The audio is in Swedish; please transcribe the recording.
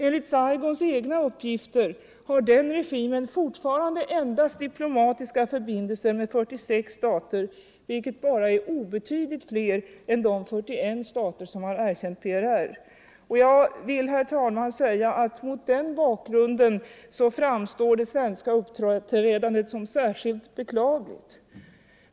Enligt Saigons egna uppgifter har den regimen fortfarande diplomatiska förbindelser med endast 46 stater — alltså bara obetydligt fler än de 41 stater som har erkänt PRR. Mot den här bakgrunden, herr talman, framstår det svenska uppträdandet som särskilt beklagligt.